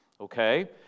okay